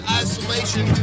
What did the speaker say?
isolation